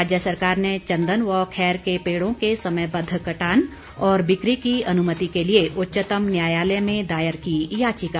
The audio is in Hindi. राज्य सरकार ने चंदन व खैर के पेड़ों के समयबद्व कटान और बिक्री की अनुमति के लिए उच्चतम न्यायालय में दायर की याचिका